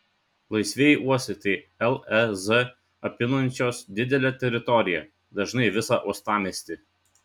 laisvieji uostai tai lez apimančios didelę teritoriją dažnai visą uostamiestį